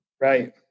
Right